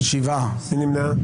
מי נמנע?